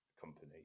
company